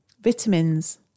vitamins